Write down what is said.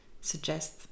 suggest